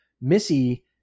Missy